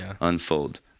unfold